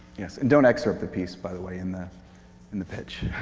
yes, and don't excerpt the piece by the way in the in the pitch.